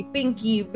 Pinky